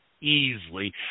easily